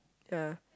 ya